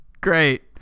Great